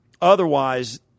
Otherwise